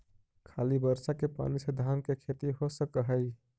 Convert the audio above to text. खाली बर्षा के पानी से धान के खेती हो सक हइ?